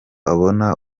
abona